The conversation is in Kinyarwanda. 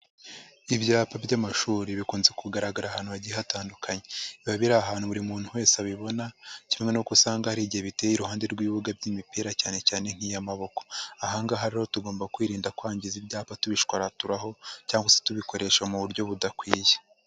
Ibyapa by'amashuri bikunze kugaragara ahantu hagiye hatandukanye. Biba biri ahantu buri muntu wese abibona, kimwe n'uko usanga hari igihe biteye iruhande rw'ibibuga by'imipira cyane cyane nk'iy'amaboko. Ahangaha rero tugomba kwirinda kwangiza ibyapa tubishraturaraho, cyangwa se tubikoresha mu buryo budakwiye.